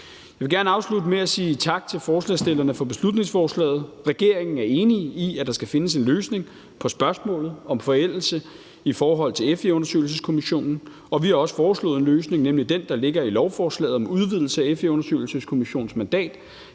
Jeg vil gerne afslutte med at sige tak til forslagsstillerne for beslutningsforslaget. Regeringen er enig i, at der skal findes en løsning på spørgsmålet om forældelse i forhold til FE-undersøgelseskommissionen, og vi har også foreslået en løsning, nemlig den, der ligger i lovforslaget om udvidelse af FE-undersøgelseskommissionens mandat.